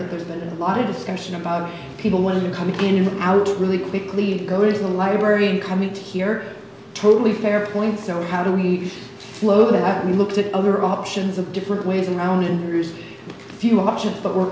here there's been a lot of discussion about people wanting to come again out really quickly go to the library and come eat here totally fair point so how do we slow that we looked at other options of different ways around and here's few options but we're